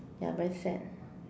ya very sad